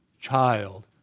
child